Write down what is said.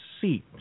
seat